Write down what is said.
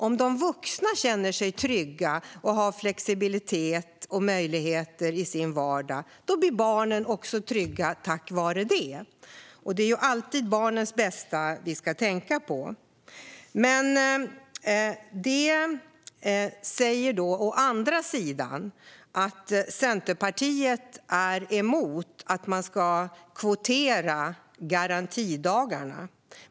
Om de vuxna känner sig trygga och har flexibilitet och möjligheter i sin vardag blir barnen tack vare det också trygga. Det är alltid barnens bästa vi ska tänka på. Däremot är Centerpartiet emot att kvotera garantidagarna.